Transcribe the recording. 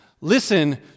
Listen